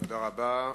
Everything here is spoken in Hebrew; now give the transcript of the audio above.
תודה רבה.